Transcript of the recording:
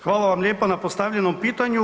Hvala vam lijepo na postavljenom pitanju.